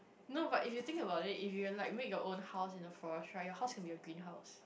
no but if you think about it if you like make your own house in the forest right your house can be a greenhouse